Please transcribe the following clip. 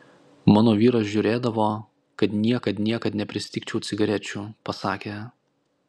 mano vyras žiūrėdavo kad niekad niekad nepristigčiau cigarečių pasakė